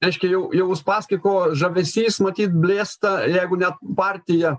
reiškia jau jau uspaskicho žavesys matyt blėsta jeigu net partija